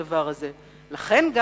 למשל,